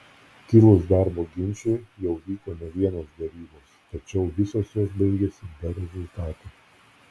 kilus darbo ginčui jau vyko ne vienos derybos tačiau visos jos baigėsi be rezultatų